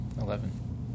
Eleven